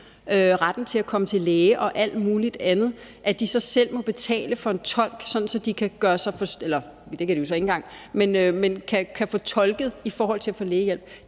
ret til at komme gratis til læge og alt mulig andet. At de så selv må betale for en tolk, sådan at de kan gøre sig forståelige – det kan de jo så ikke engang – og få tolket, når de får lægehjælp,